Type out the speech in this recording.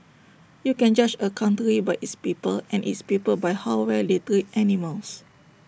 you can judge A country by its people and its people by how well they animals